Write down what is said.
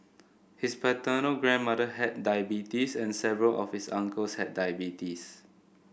his paternal grandmother had diabetes and several of his uncles had diabetes